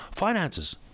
Finances